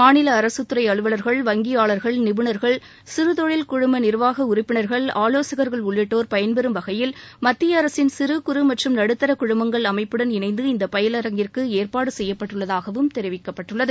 மாநில அரசுத்துறை அலுவலர்கள் வங்கியாளர்கள் நிபுணர்கள் சிறுதொழில் குழும நிர்வாக உறுப்பினர்கள் ஆலோசகர்கள் உள்ளிட்டோர் பயன்பெறும் வகையில் மத்திய அரசின் சிறு குறு மற்றும் நடுத்தர குழுமங்கள் அமைப்புடன் இணைந்து இந்த பயிலரங்கிற்கு ஏற்பாடு செய்யப்பட்டுள்ளதாகவும் கெரிவிக்கப்பட்டுள்ளது